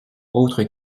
autre